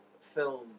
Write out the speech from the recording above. film